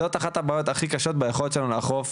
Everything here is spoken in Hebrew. זאת אחת הבעיות הכי קשות ביכולת שלנו לאכוף